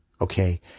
Okay